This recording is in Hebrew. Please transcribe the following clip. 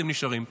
אתם נשארים פה.